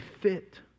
fit